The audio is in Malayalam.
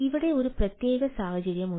ഇവിടെ ഒരു പ്രത്യേക സാഹചര്യമുണ്ട്